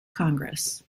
congress